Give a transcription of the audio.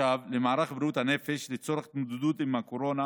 עכשיו למערך בריאות הנפש לצורך התמודדות עם הקורונה